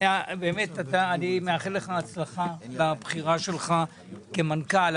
אני מאחל לך הצלחה בבחירה שלך כמנכ"ל.